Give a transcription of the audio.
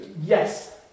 yes